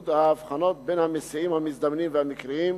ההבחנות בין המסיעים המזדמנים והמקריים,